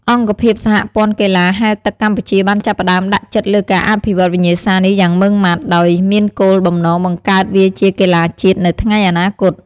អង្គភាពសហព័ន្ធកីឡាហែលទឹកកម្ពុជាបានចាប់ផ្តើមដាក់ចិត្តលើការអភិវឌ្ឍវិញ្ញាសានេះយ៉ាងម៉ឺងម៉ាត់ ដោយមានគោលបំណងបង្កើតវាជាកីឡាជាតិនៅថ្ងៃអនាគត។